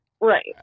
Right